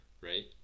right